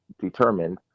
determined